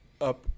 up